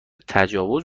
تجاوز